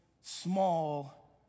small